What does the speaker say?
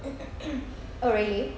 oh really